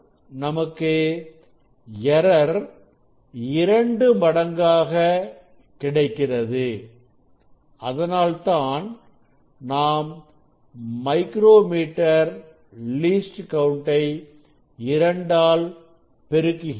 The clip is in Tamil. நமக்கு எரர் இரண்டு மடங்காக கிடைக்கிறது அதனால்தான் நாம் மைக்ரோ மீட்டர் least count இரண்டால்பெருக்கிகிறோம்